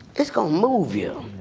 it's going to move you.